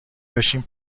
بشیم